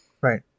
Right